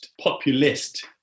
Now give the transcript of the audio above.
populist